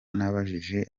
nabajije